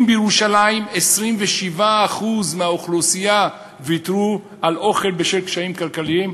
אם בירושלים 27% מהאוכלוסייה ויתרו על אוכל בשל קשיים כלכליים,